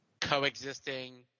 coexisting